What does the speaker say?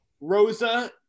Rosa